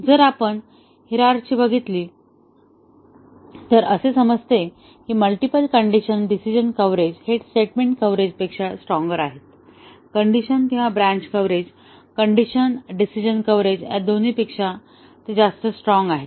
जर आपण हिरारची बघितली तर असे समजेल की मल्टीपल कण्डिशन डिसिजन कव्हरेज हे स्टेटमेंट कव्हरेज पेक्षा स्ट्रॉन्गर आहेत कण्डिशन किंवा branch coverage condition decision coverage या दोन्हीपेक्षा स्ट्रॉन्गर आहेत